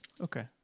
Okay